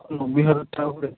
নব্বই হাজার টাকা করে